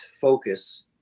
focus